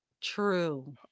true